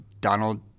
Donald